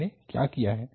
हमने क्या किया है